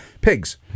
pigs